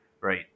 right